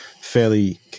fairly